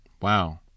Wow